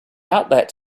outlet